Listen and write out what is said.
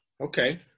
Okay